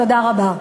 תודה רבה.